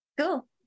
Cool